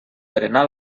berenar